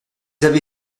avez